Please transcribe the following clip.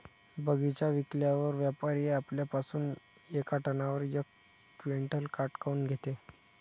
बगीचा विकल्यावर व्यापारी आपल्या पासुन येका टनावर यक क्विंटल काट काऊन घेते?